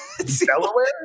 Delaware